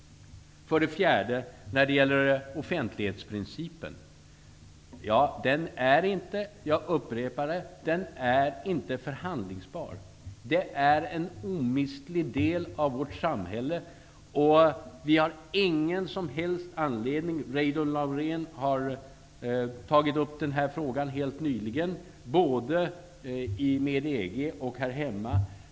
För det fjärde: När det gäller offentlighetsprincipen, är den inte -- jag upprepar det -- förhandlingsbar. Den är en omistlig del av vårt samhälle. Reidunn Laurén har tagit upp den här frågan helt nyligen, både med EG och här hemma.